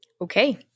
Okay